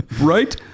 Right